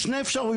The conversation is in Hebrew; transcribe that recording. יש שתי אפשרויות,